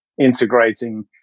integrating